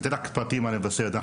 אציג פרטים על מבשרת.